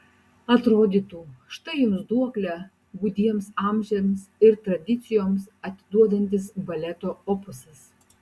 atrodytų štai jums duoklę gūdiems amžiams ir tradicijoms atiduodantis baleto opusas